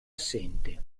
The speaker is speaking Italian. assente